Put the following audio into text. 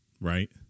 right